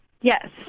Yes